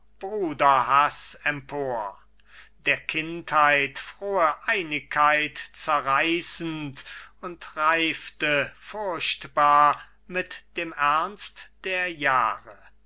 unsel'ger bruderhaß empor der kindheit frohe einigkeit zerreißend und reifte furchtbar mit dem ernst der jahre